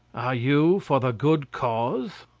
are you for the good cause?